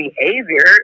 behavior